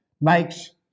makes